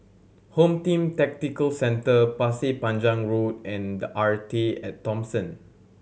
Home Team Tactical Centre Pasir Panjang Road and The Arte At Thomson